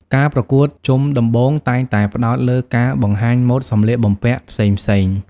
ការប្រកួតជុំដំបូងតែងតែផ្តោតលើការបង្ហាញម៉ូដសម្លៀកបំពាក់ផ្សេងៗ។